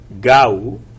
Gau